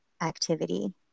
activity